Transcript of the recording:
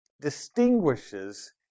distinguishes